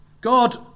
God